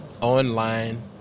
Online